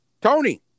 Tony